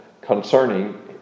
concerning